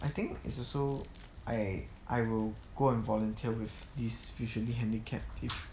I think it's also I I will go and volunteer with these visually handicapped